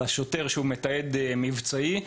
השוטר שמתעד מבצעית,